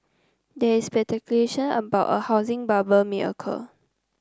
there is speculation about a housing bubble may occur